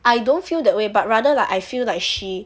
I don't feel that way but rather like I feel like she